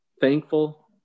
thankful